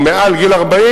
והוא מעל גיל 40,